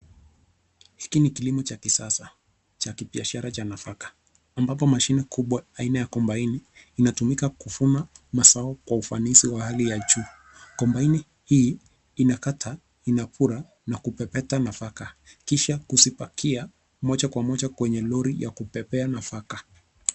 Hiki ni kilimo cha kisasa cha kibiashara cha nafaka ambapo mashine kubwa aina ya compiler ,inatumika kufuma mazao kwa ufanisi wa hali ya juu. Compiler hii inakata, inakula na kupepeta nafaka kisha kuzipakia moja kwa moja kwenye lori ya kubebea nafaka.